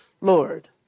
Lord